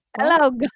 Hello